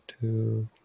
two